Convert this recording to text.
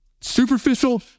Superficial